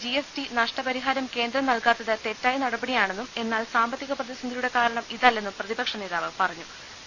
GST നഷ്ടപരിഹാരം കേന്ദ്രം നൂൽകാത്ത് തെറ്റായ നടപടിയാണെന്നും എന്നാൽ സാമ്പത്തിക പ്രപ്രതിസന്ധിയുടെ കാരണം ഇതല്ലെന്നും പ്രതിപക്ഷനേതാവ് പറുത്തു